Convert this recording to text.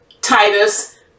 Titus